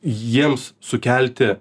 jiems sukelti